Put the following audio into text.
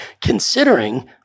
considering